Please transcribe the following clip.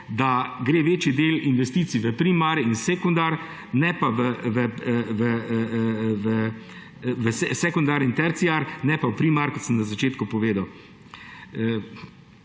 da gre večji del investicij v sekundar in terciar, ne pa v primar, kot sem na začetku povedal.